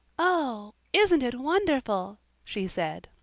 oh, isn't it wonderful? she said,